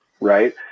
right